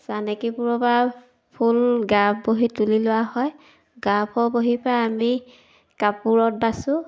চানিকীবোৰৰ পৰা ফুল গাৰ্ফ বহি তুলি লোৱা হয় গাৰ্ফৰ বহীৰ পৰা আমি কাপোৰত বাছোঁ